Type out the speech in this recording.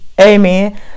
Amen